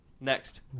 Next